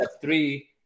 three